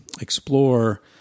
explore